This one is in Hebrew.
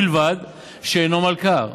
ובלבד שאינו מלכ"ר